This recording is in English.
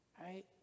right